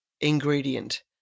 ingredient